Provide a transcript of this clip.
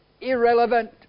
Irrelevant